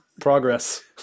Progress